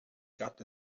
got